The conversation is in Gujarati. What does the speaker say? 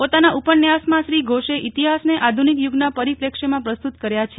પોતાના ઉપન્યાસમાં શ્રી ઘોષે ઇતિહાસને આધુનિક યુગના પરિપ્રેક્ષ્યમાં પ્રસ્તુત કર્યા છે